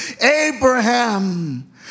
abraham